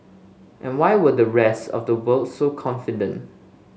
and why were the rest of the world so confident